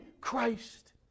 Christ